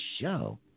show